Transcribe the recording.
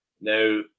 Now